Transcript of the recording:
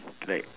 like